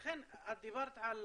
את דיברת על